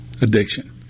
addiction